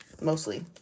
Mostly